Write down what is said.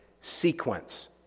sequence